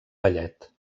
ballet